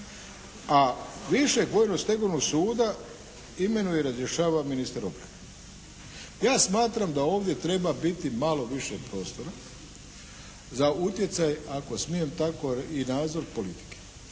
a višeg vojnog stegovnog suda imenuje i razrješava ministar obrane. Ja smatram da ovdje treba biti malo više prostora za utjecaj ako smijem tako i nadzor politike